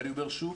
אני אומר שוב,